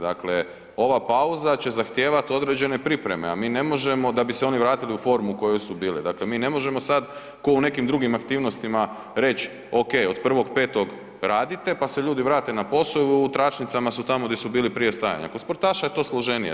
Dakle, ova pauza će zahtijevat određene pripreme, a mi ne možemo da bi se oni vratili u formu u kojoj su bili, dakle mi ne možemo sad ko u nekim drugim aktivnostima reć okej od 1.5. radite, pa se ljudi vrate na posao i u tračnicama su tamo di su bili prije stajanja, kod sportaša je to složenije.